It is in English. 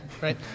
right